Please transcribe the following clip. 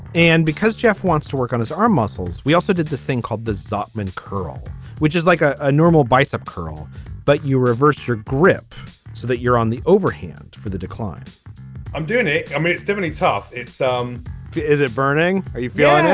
and because jeff wants to work on his arm muscles we also did the thing called the zuckerman curl which is like a ah normal bicep curl but you reverse your grip so that you're on the overhand for the decline i'm doing it. i mean it's definitely tough. it's um is it burning are you feeling.